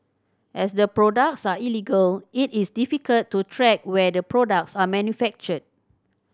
as the products are illegal it is difficult to track where the products are manufactured